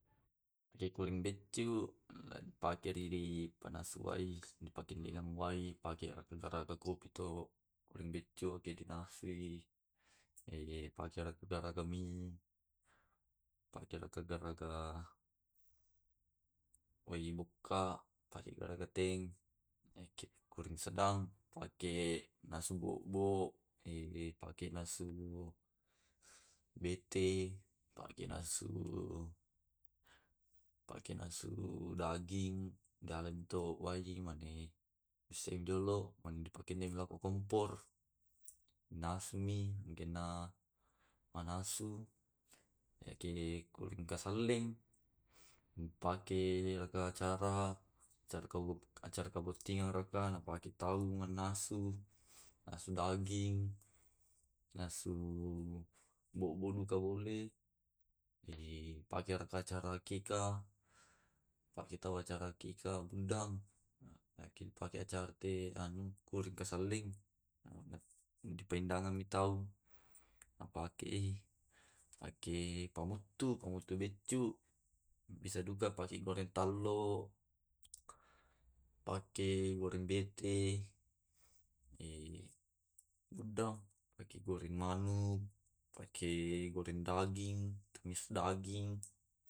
Pake kuring biccu ripake dipanasu wai di pakendei denga wai di pake garaga kopi to, kuring biccu na di nasui. Eh dipakei raka tu garaga mie pake raka garaga wae, bukka pake garaga teng. Naiki kuring sedang pake nasu bobo, eh pake nasu bete, pake nasu pake nasu daging. Dalan to wai mane di bisaiki yolo mane dipakena lako kompor, inasumi angkenna manasu. Iyake kuring kasalleng, dipake raka acara acara, acara kabuttinga raka napake tau mannasu nasu daging nasu bobo dutabolue, eh pake raka acara akikah pake to acara akikah wundang pakeki pake acara te anu kuring kasalleng. Dipendangan mi tau, napakei, napake pamuttu pamuttu biccu bisa duka pake goreng tallo, pake goreng bete. Eh buddang, pake goreng manuk, pake goreng daging, tumis daging.